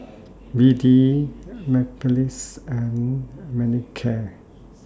B D Mepilex and Manicare